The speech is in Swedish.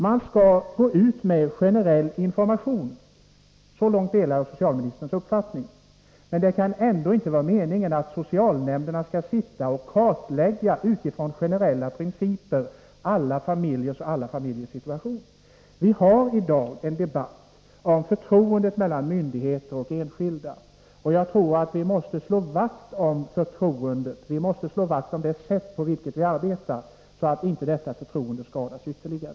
Jag delar socialministerns uppfattning så långt att man skall gå ut med generell information, men det kan inte vara meningen att socialnämnderna efter generella principer skall kartlägga alla familjers situation. Det förs i dag en debatt om förtroendet mellan myndigheter och enskilda, och jag tror att vi måste slå vakt om detta förtroende och se till att det sätt som myndigheterna arbetar på inte gör att detta förtroende skadas ytterligare.